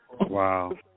Wow